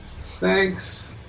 Thanks